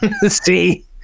see